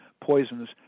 poisons